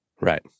right